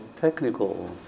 technical